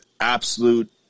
absolute